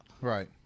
Right